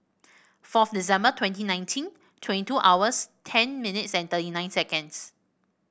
fourth December twenty nineteen twenty two hours ten minutes and thirty nine seconds